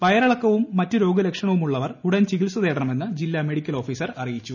വയറിളക്കവും മറ്റുരോഗ ലക്ഷണവുമുള്ളവർ ഉടൻ ചികിത്സതേടണമെന്ന് ജില്ലാ മെഡിക്കൽ ഓഫീസർ അറിയിച്ചു